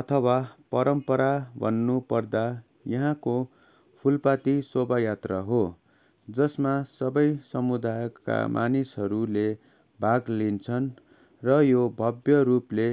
अथवा परम्परा भन्नुपर्दा यहाँको फुलपाती शोभायात्रा हो जसमा सबै समुदायका मानिसहरूले भाग लिन्छन् र यो भव्य रूपले